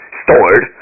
stored